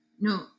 No